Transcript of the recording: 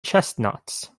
chestnuts